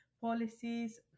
policies